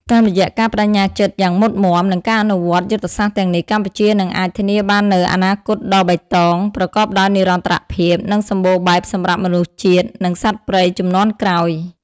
តាមរយៈការប្តេជ្ញាចិត្តយ៉ាងមុតមាំ និងការអនុវត្តយុទ្ធសាស្ត្រទាំងនេះ កម្ពុជានឹងអាចធានាបាននូវអនាគតដ៏បៃតង ប្រកបដោយនិរន្តរភាព និងសម្បូរបែបសម្រាប់មនុស្សជាតិ និងសត្វព្រៃជំនាន់ក្រោយ។